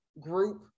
group